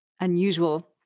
unusual